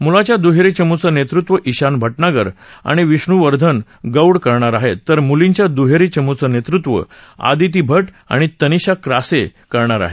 मुलांच्या दुहेरी चमुचं नेतृत्व इशान भटनागर आणि विष्णूवर्धन गौड करणार आहेत तर मुलींच्या दुहेरी चमुचं नेतृत्व आदिती भट आणि तानिषा क्रास्ये करणार आहेत